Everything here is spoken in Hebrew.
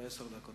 יש לך עשר דקות,